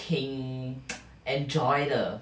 挺 enjoy 的